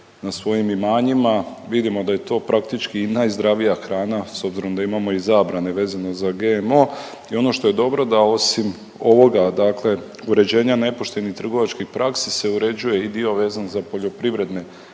na svojim imanjima. Vidimo da je to praktički najzdravija hrana s obzirom da imamo i zabrane vezano za GMO i ono što je dobro da osim ovoga, dakle uređenja nepoštenih trgovačkih praksi se uređuje i dio vezan za poljoprivredne